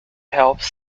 helps